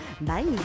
bye